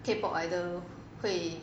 K pop idol 会